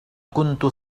كنت